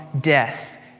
death